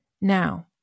Now